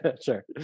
Sure